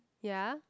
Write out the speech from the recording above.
ya